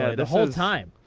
ah the whole time.